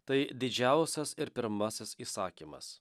tai didžiausias ir pirmasis įsakymas